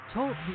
Talk